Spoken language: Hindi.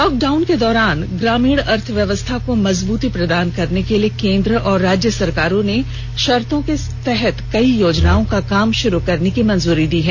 लॉकडाउन के दौरान ग्रामीण अर्थव्यवस्था को मजबूती प्रदान करने के लिए केंद्र और राज्य सरकारों ने शर्तो के तहत कई योजनाओं का काम शुरू करने की मंजूरी दी है